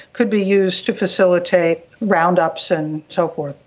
could be used to facilitate roundups and so forth.